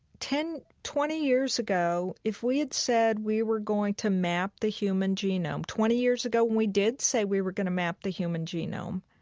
ten, twenty years ago, if we had said we were going to map the human genome, twenty years ago when we did say we were going to map the human genome,